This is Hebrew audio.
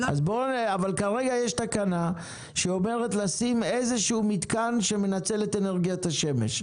כרגע יש תקנה שאומרת לשים איזשהו מתקן שמנצל את אנרגיית השמש.